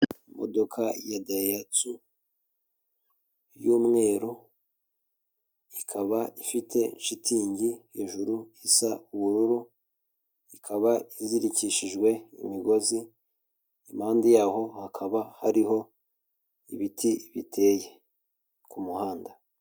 Imodoka ya Dayihatsu y'umweru ikaba ifite shitingi hejuru isa ubururu ikaba izirikishijwe imigozi, impande yaho hakaba hariho ibiti biteye ku kumuhanda.